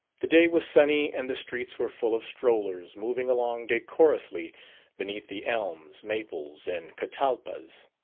the day was sunny and the streets were full of strollers moving along decorously beneath the elms, maples and catalpas.